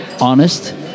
honest